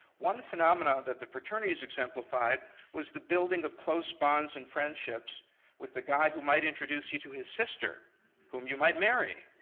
one phenomena that the fraternities exemplified was the building of close bonds and friendships with a guy who might introduce you to his sister whom you might marry.